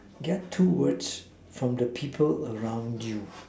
get two words from the people around you